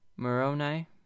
Moroni